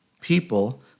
people